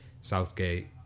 Southgate